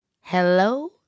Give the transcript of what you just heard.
hello